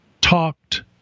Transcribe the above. talked